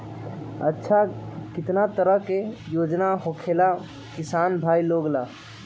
अच्छा कितना तरह के योजना होखेला किसान भाई लोग ला?